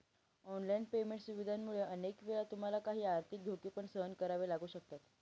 online payment सुविधांमुळे अनेक वेळा तुम्हाला काही आर्थिक धोके पण सहन करावे लागू शकतात